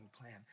plan